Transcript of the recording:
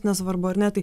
nesvarbu ar ne tai